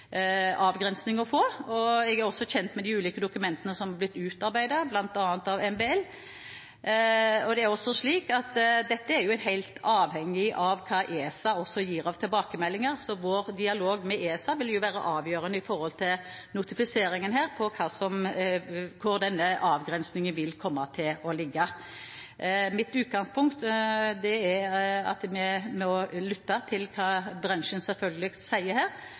å få en avgrensning. Jeg er også kjent med de ulike dokumentene som er blitt utarbeidet bl.a. av MBL, og dette er helt avhengig av hva også ESA gir av tilbakemeldinger. Vår dialog med ESA vil være avgjørende for notifiseringen her når det gjelder hvor denne avgrensningen vil komme til å ligge. Mitt utgangspunkt er at vi nå selvfølgelig lytter til hva bransjen sier her,